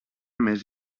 més